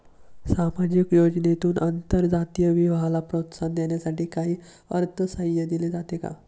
सामाजिक योजनेतून आंतरजातीय विवाहाला प्रोत्साहन देण्यासाठी काही अर्थसहाय्य दिले जाते का?